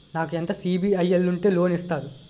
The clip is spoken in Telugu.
నాకు ఎంత సిబిఐఎల్ ఉంటే లోన్ ఇస్తారు?